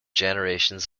generations